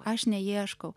aš neieškau